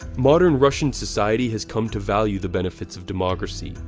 modern russian society has come to value the benefits of democracy,